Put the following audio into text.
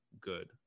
good